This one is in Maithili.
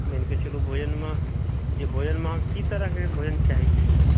मानिके चलू भोजनमे अहाँ की तरहके भोजन चाहैत छियै